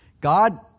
God